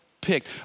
picked